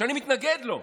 שאני מתנגד לו,